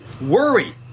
worry